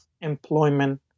Employment